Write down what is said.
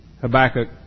Habakkuk